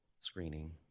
screening